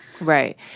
Right